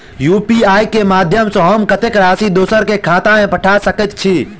UPI केँ माध्यम सँ हम कत्तेक राशि दोसर केँ खाता मे पठा सकैत छी?